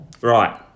Right